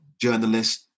journalist